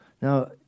Now